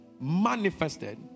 manifested